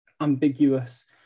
ambiguous